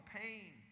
pain